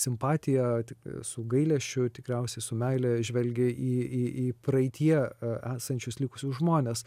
simpatija tik su gailesčiu tikriausiai su meile žvelgė į į į praeityje esančius likusius žmones